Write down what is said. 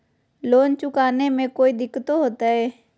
Loan चुकाने में कोई दिक्कतों होते?